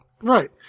Right